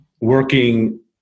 working